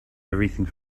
everything